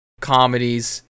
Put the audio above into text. comedies